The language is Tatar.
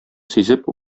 сизеп